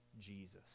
Jesus